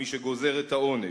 מי שגוזר את העונש,